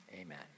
amen